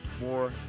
more